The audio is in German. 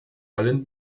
allen